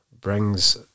brings